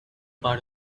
part